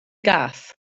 gath